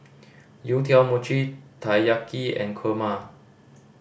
youtiao Mochi Taiyaki and kurma